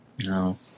No